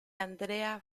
andrea